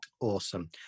awesome